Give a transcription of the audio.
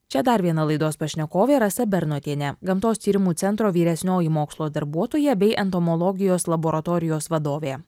čia dar viena laidos pašnekovė rasa bernotienė gamtos tyrimų centro vyresnioji mokslo darbuotoja bei entomologijos laboratorijos vadovė